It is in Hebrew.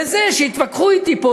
לזה שהתווכחו אתי פה,